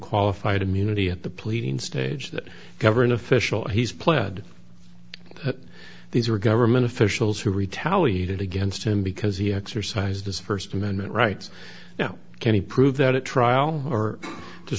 qualified immunity at the pleading stage the government official he's pled these are government officials who retaliated against him because he exercised his st amendment rights now can he prove that a trial or to